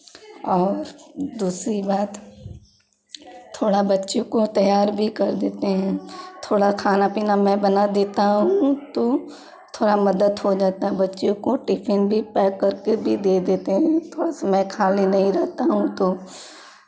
और दूसरी बात थोड़ा बच्चे को तैयार भी कर देते हैं थोड़ा खाना पीना मैं बना देता हूँ तो थोड़ा मदद हो जाता है बच्चे को टिफिन भी पैक करके भी दे देते हैं थोड़ा सा मैं खाली हो जाता हूँ तो